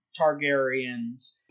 Targaryens